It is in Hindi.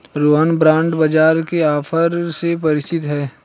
रोहन बॉण्ड बाजार के ऑफर से परिचित है